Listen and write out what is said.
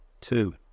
two